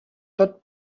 tot